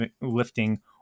lifting